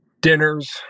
dinners